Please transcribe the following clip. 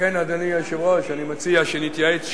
לכן, אדוני היושב-ראש, אני מציע שנתייעץ שוב.